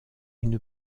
une